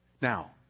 Now